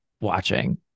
watching